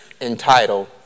entitled